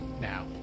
Now